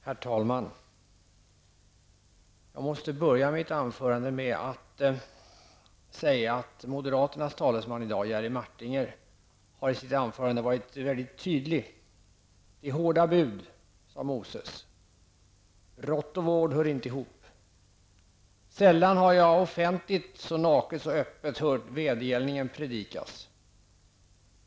Herr talman! Jag måste börja mitt anförande med att säga att moderaternas talesman i dag, Jerry Martinger, har varit väldigt tydlig. Det är hårda bud, sade Moses. Brott och vård hör inte ihop. Sällan har jag offentligt så naket och öppet hört vedergällningen predikas.